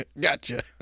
gotcha